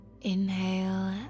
Inhale